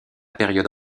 période